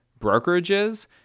brokerages